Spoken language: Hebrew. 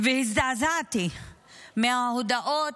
והזדעזעתי מההודעות,